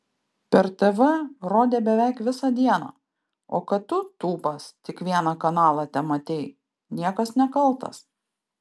per tv rodė beveik visą dieną o kad tu tūpas tik vieną kanalą tematei niekas nekaltas